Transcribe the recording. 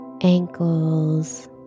ankles